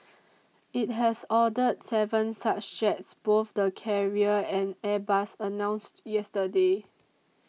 it has ordered seven such jets both the carrier and Airbus announced yesterday